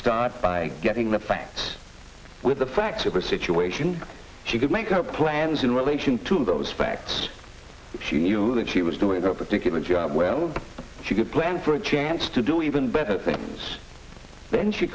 start by getting the facts with the facts of her situation she could make her plans in relation to those facts if you knew that she was doing a particular job well she could plan for a chance to do even better things then she